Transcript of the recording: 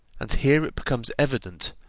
and here it becomes evident,